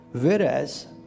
Whereas